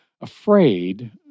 afraid